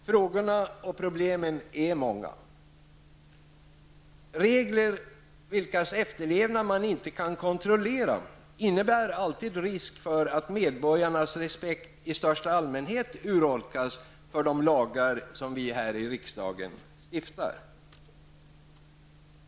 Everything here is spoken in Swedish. Frågorna och problemen är många. Regler vilkas efterlevnad man inte kan kontrollera innebär alltid risk för att medborgarnas respekt i största allmänhet urholkas för de lagar som vi här i riksdagen stiftar.